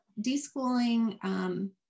de-schooling